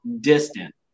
distant